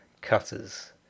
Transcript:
cutters